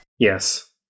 Yes